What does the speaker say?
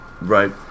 Right